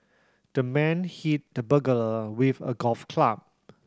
the man hit the burglar with a golf club